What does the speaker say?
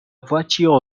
voiture